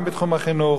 גם בתחום החינוך,